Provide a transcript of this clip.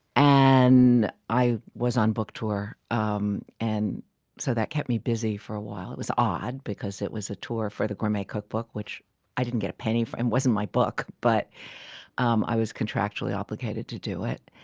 and i was on book tour, um and so that kept me busy for a while. it was odd because it was a tour for the gourmet cookbook, which i didn't get a penny for. it and wasn't my book, but um i was contractually obligated to do it.